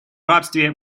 рабстве